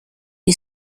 you